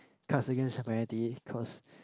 cards against Humanity cause